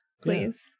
please